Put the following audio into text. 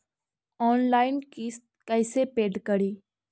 Online किस्त कैसे paid करि?